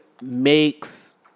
makes